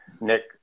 Nick